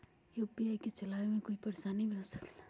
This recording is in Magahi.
यू.पी.आई के चलावे मे कोई परेशानी भी हो सकेला?